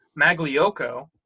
Magliocco